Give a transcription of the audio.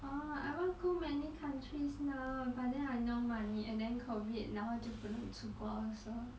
orh I want go many countries now but then I no money and then covid 然后就不能出国 also